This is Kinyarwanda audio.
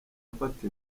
mfata